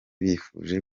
bifuje